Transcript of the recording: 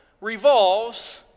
revolves